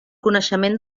coneixement